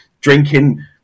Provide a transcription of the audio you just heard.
drinking